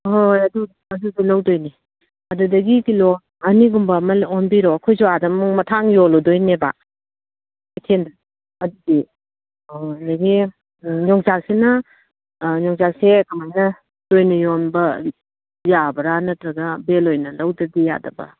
ꯍꯣꯏ ꯍꯣꯏ ꯑꯗꯨꯁꯨ ꯂꯧꯒꯗꯣꯏꯅꯦ ꯑꯗꯨꯗꯒꯤ ꯀꯤꯂꯣ ꯑꯅꯤꯒꯨꯝꯕ ꯑꯃ ꯑꯣꯟꯕꯤꯔꯣ ꯑꯩꯈꯣꯏꯁꯨ ꯑꯥꯗ ꯑꯃꯨꯛ ꯃꯊꯥꯡ ꯌꯣꯜꯂꯨꯗꯣꯏꯅꯦꯕ ꯀꯩꯊꯦꯟꯗ ꯑꯣ ꯑꯗꯒꯤ ꯌꯣꯡꯆꯥꯛꯁꯤꯅ ꯌꯣꯡꯆꯥꯛꯁꯦ ꯀꯔꯃꯥꯏꯅ ꯆꯣꯏꯅ ꯌꯣꯟꯕ ꯌꯥꯕ꯭ꯔꯥ ꯅꯠꯇ꯭ꯔꯒ ꯕꯦꯜ ꯑꯣꯏꯅ ꯂꯧꯗꯕꯤ ꯌꯥꯗꯕ